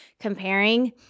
comparing